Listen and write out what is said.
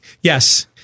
yes